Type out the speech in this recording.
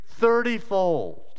thirtyfold